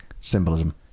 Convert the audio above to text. symbolism